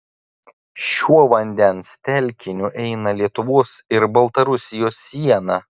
šiuo vandens telkiniu eina lietuvos ir baltarusijos siena